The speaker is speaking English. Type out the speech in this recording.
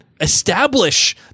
establish